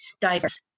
diverse